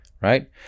right